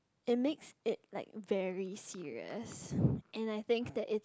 it makes it like very serious and I think that it's